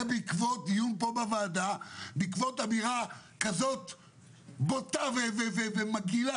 בעקבות דיון בוועדה שבא אחרי אמירה בוטה ומגעילה,